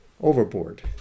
overboard